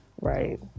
Right